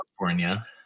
California